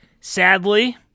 Sadly